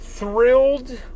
Thrilled